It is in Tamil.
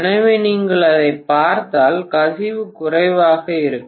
எனவே நீங்கள் அதைப் பார்த்தால் கசிவு குறைவாக இருக்கும்